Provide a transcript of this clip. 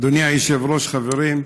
אדוני היושב-ראש, חברים,